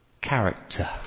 character